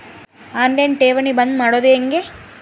On line ಠೇವಣಿ ಬಂದ್ ಮಾಡೋದು ಹೆಂಗೆ?